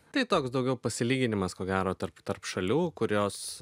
tai toks daugiau pasilyginimas ko gero tarp tarp šalių kurios